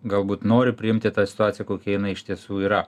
galbūt nori priimti tą situaciją kokia jinai iš tiesų yra